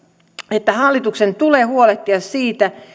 että hallituksen tulee huolehtia siitä